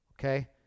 okay